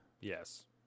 yes